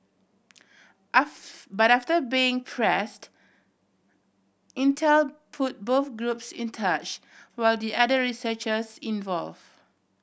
but after being pressed Intel put both groups in touch will the other researchers involve